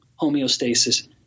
homeostasis